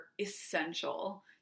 essential